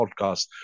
podcast